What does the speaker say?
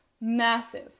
Massive